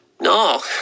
No